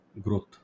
growth